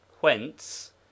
whence